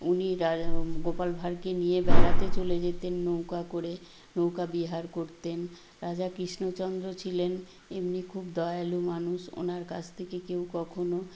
উনি রাজা গোপাল ভাঁড়কে নিয়ে বেড়াতে চলে যেতেন নৌকা করে নৌকা বিহার করতেন রাজা কৃষ্ণচন্দ্র ছিলেন এমনি খুব দয়ালু মানুষ ওনার কাছ থেকে কেউ কখনও